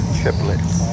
triplets